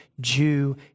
Jew